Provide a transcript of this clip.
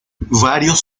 varios